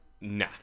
nah